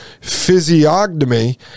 physiognomy